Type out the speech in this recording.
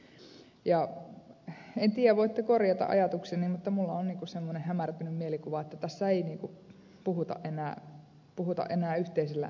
en tiedä voitte korjata ajatukseni mutta minulla on semmoinen hämärtynyt mielikuva että tässä ei puhuta enää yhteisellä äänellä